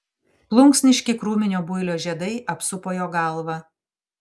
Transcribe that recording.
plunksniški krūminio builio žiedai apsupo jo galvą